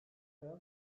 hayal